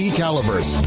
calibers